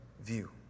view